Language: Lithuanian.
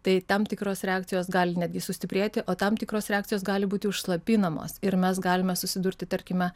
tai tam tikros reakcijos gali netgi sustiprėti o tam tikros reakcijos gali būti užslopinamos ir mes galime susidurti tarkime